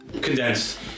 Condensed